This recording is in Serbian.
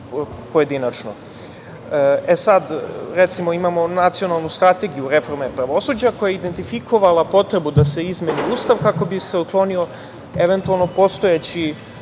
Recimo, imamo nacionalnu strategiju reforme pravosuđa koja je identifikovala potrebu da se izmeni Ustav kako bi se uklonio eventualno postojeći